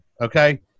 Okay